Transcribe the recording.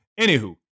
Anywho